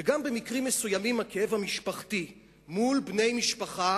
וגם במקרים מסוימים הכאב המשפחתי מול בני משפחה